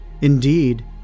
indeed